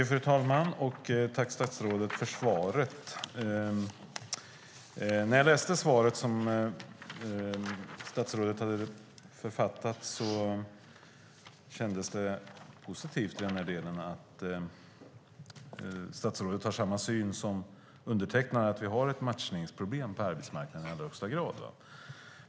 Fru talman! Jag tackar statsrådet för svaret. När jag läste svaret som statsrådet har författat kändes det positivt att statsrådet har samma syn som undertecknad på att vi i allra högsta grad har ett matchningsproblem på arbetsmarknaden.